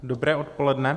Dobré odpoledne.